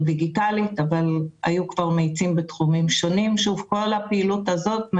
דיגיטלי אבל היו כבר מאיצים בתחומים שונים שהופנו לפעילות הזאת.